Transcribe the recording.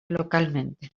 localmente